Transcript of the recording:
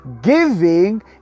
Giving